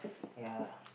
ya